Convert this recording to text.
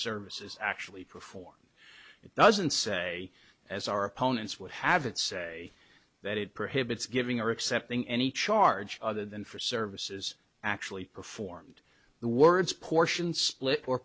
services actually performed it doesn't say as our opponents would have it say that it prohibits giving or accepting any charge other than for services actually performed the words portion split or